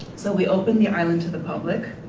so we opened the island to the public.